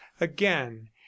again